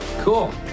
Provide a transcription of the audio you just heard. Cool